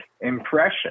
impression